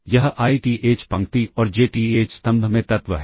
यह I T H पंक्ति और जे टी एच स्तंभ में तत्व है